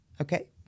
Okay